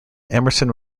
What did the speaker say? emerson